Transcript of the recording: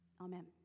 Amen